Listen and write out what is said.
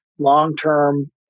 Long-term